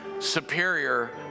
superior